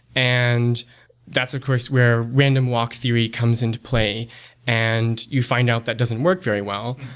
and that's, of course, where random walk theory comes into play and you find out that doesn't work very well.